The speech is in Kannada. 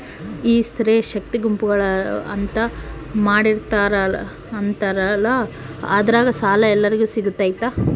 ಈ ಸ್ತ್ರೇ ಶಕ್ತಿ ಗುಂಪುಗಳು ಅಂತ ಮಾಡಿರ್ತಾರಂತಲ ಅದ್ರಾಗ ಸಾಲ ಎಲ್ಲರಿಗೂ ಸಿಗತೈತಾ?